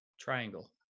Triangle